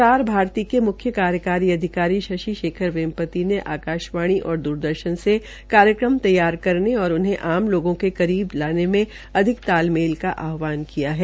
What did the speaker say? प्रसारभारती के मुख्य कार्यकारी अधिकारी शशि शेखर वेम्पति ने आकाशवाण और दुरदर्शन् से कार्यक्रम तैयार करने और उन्हें आम लोगों के करीब जाने में आधिक तालमेल का आहवान किया है